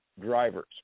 drivers